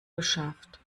geschafft